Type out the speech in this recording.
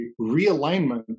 realignment